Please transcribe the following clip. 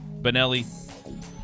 Benelli